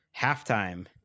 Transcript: halftime